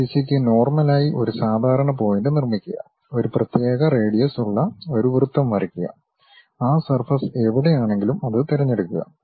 ആ ദിശക്ക് നോർമൽ ആയി ഒരു സാധാരണ പോയിന്റ് നിർമ്മിക്കുക ഒരു പ്രത്യേക റേഡിയസ് ഉള്ള ഒരു വൃത്തം വരയ്ക്കുക ആ സർഫസ് എവിടെയാണെങ്കിലും അത് തിരഞ്ഞെടുക്കുക